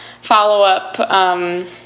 follow-up